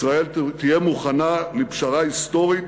ישראל תהיה מוכנה לפשרה היסטורית